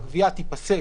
תיפסק.